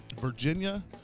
Virginia